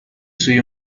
سوی